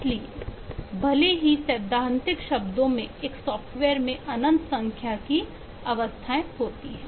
इसलिए भले ही सैद्धांतिक शब्दों में एक सॉफ्टवेयर में अनंत संख्या में अवस्थाएं होती हैं